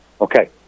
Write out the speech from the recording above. Okay